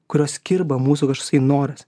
kurios kirba mūsų kažkoks tai noras